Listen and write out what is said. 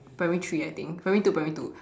primary three I think primary two primary two